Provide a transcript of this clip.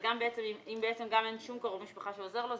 אם גם אין שום קרוב משפחה שעוזר לו,